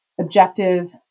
objective